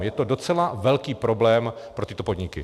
Je to docela velký problém pro tyto podniky.